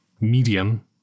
medium